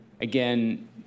Again